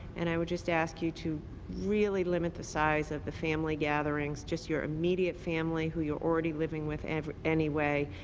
and i would just ask you to really limit the size of the family gatherings, just your immediate family who you're already living with anyway,